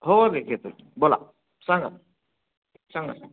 हो ते घेतो की बोला सांगा सांगा